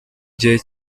gihe